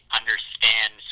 understand